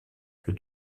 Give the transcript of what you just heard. que